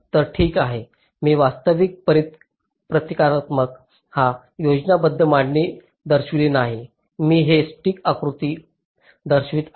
तर ठीक आहे मी वास्तविक प्रतिकात्मक हा योजनाबद्ध मांडणी दर्शवित नाही मी हे स्टिक आकृती दर्शवित आहे